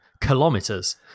kilometers